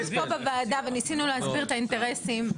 גם פה בוועדה וניסינו להסביר את האינטרסים.